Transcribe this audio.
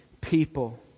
people